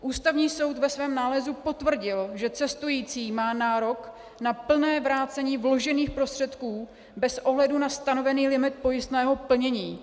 Ústavní soud ve svém nálezu potvrdil, že cestující má nárok na plné vrácení vložených prostředků bez ohledu na stanovený limit pojistného plnění.